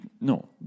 no